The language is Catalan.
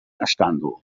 escàndol